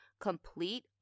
complete